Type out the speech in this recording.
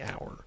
hour